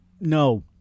No